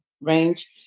range